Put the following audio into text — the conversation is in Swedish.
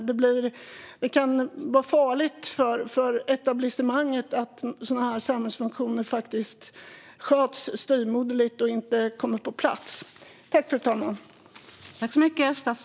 Det kan vara farligt för etablissemanget att sådana samhällsfunktioner sköts styvmoderligt och inte kommer på plats.